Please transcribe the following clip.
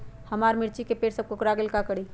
हमारा मिर्ची के पेड़ सब कोकरा गेल का करी?